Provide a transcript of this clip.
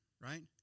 right